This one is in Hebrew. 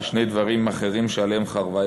שני דברים אחרים שעליהם חרבה ירושלים.